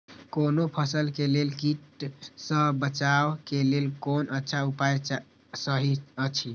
कोनो फसल के लेल कीट सँ बचाव के लेल कोन अच्छा उपाय सहि अछि?